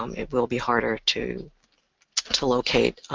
um it will be harder to to locate